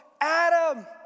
Adam